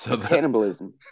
Cannibalism